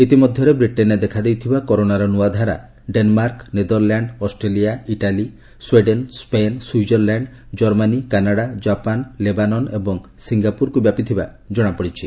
ଇତିମଧ୍ୟରେ ବ୍ରିଟେନ୍ରେ ଦେଖାଦେଇଥିବା କରୋନାର ନୂଆ ଧାରା Denmark Netherland Australia Italy Sweden ସ୍କ୍ରେନ୍ ସ୍ୱିଜରଲ୍ୟାଣ୍ଡ ଜର୍ମାନୀ କାନାଡା ଜାପାନ ଲେବାନନ୍ ଏବଂ ସିଙ୍ଗାପୁରକୁ ବ୍ୟାପିଥିବା ଜଣାପଡିଛି